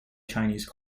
chinese